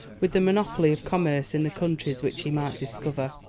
with the monopoly of commerce in the countries which he might discover.